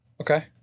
Okay